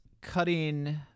cutting